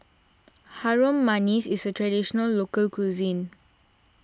Harum Manis is a Traditional Local Cuisine